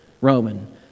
Roman